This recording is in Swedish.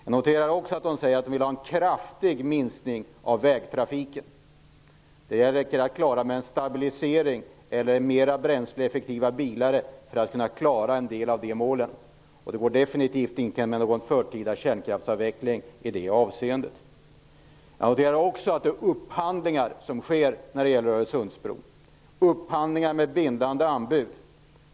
Jag noterar att Hanna Zetterberg vill ha en kraftig minskning av vägtrafiken. Det räcker med en stabilisering eller mera bränsleeffektiva bilar för att kunna klara en del av målen. Det går definitivt inte med någon förtida kärnkraftsavveckling. Jag noterar vidare att upphandlingar i samband med Öresundsbroprojektet sker med bindande anbud.